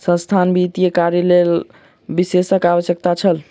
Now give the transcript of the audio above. संस्थानक वित्तीय कार्यक लेल विशेषज्ञक आवश्यकता छल